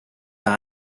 par